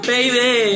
Baby